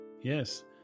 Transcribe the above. Yes